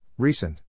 Recent